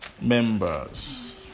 Members